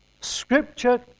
Scripture